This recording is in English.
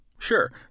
Sure